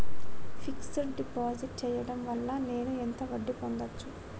Fix డ్ deposit చేయటం వల్ల నేను ఎంత వడ్డీ పొందచ్చు?